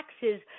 taxes